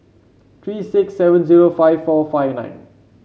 three six seven zero five four five nine